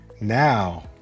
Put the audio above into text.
Now